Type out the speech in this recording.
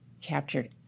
captured